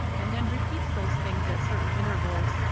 and then repeats those things at certain intervals,